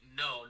no